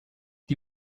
die